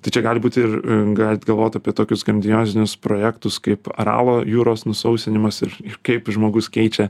tai čia gali būti ir galit galvot apie tokius grandiozinius projektus kaip aralo jūros nusausinimas ir kaip žmogus keičia